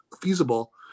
feasible